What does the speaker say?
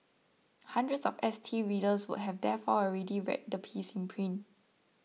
hundreds of S T readers would have therefore already read the piece in print